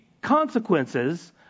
consequences